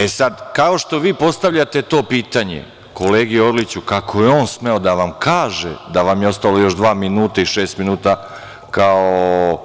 E, sad, kao što vi postavljate to pitanje kolegi Orliću kako je on smeo da vam kaže da vam je ostalo još dva minuta i šest minuta kao